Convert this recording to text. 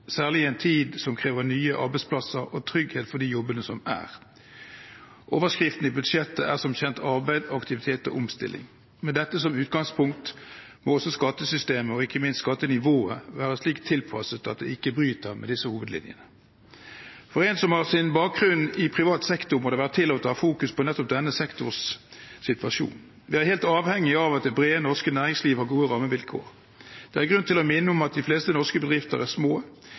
særlig i en tid som krever nye arbeidsplasser og trygghet for de jobbene som er. Overskriften i budsjettet er som kjent arbeid, aktivitet og omstilling. Med dette som utgangspunkt må også skattesystemet og ikke minst skattenivået være slik tilpasset at det ikke bryter med disse hovedlinjene. For en som har sin bakgrunn i privat sektor, må det være tillatt å ha fokus på nettopp denne sektors situasjon. Vi er helt avhengig av at det brede norske næringsliv har gode rammevilkår. Det er grunn til å minne om at de fleste norske bedrifter er små.